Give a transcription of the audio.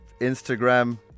Instagram